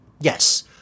Yes